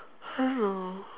hello